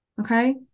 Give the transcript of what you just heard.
Okay